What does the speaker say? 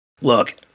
look